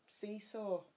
seesaw